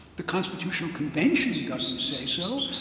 the constitutional convention doesn't say so.